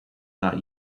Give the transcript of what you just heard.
not